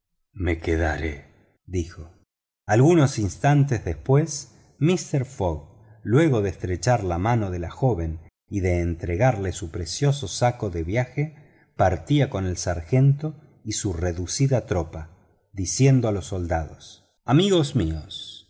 me quedaré dijoalgunos instantes después mister fogg después de estrechar la mano de la joven y entregarle su precioso saco de viaje partía con el sargento y su reducida tropa diciendo a los soldados amigos míos